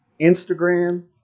Instagram